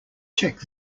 check